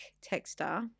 texture